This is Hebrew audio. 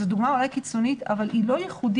היא אולי דוגמה קיצונית אבל היא לא ייחודית.